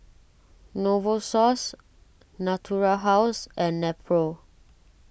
Novosource Natura House and Nepro